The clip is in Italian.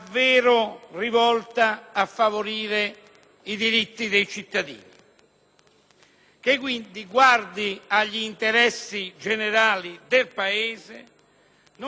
che, quindi, guardi agli interessi generali del Paese e non a quelli particolari o particolarissimi, signor Ministro,